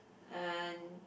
and